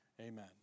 Amen